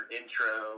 intro